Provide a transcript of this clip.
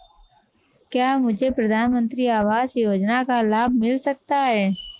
क्या मुझे प्रधानमंत्री आवास योजना का लाभ मिल सकता है?